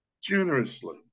generously